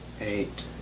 Eight